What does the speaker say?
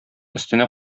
өстенә